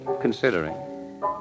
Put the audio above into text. considering